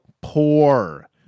poor